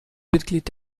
mitglied